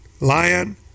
lion